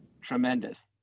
tremendous